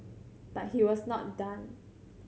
but he was not done